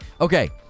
Okay